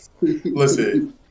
Listen